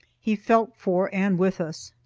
he felt for and with us,